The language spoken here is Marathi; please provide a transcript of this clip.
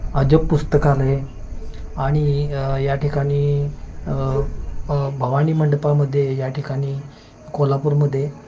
अजब पुस्तकालय आणि या ठिकाणी भवानी मंडपामध्ये या ठिकाणी कोल्हापूरमध्ये